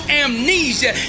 amnesia